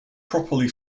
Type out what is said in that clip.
properly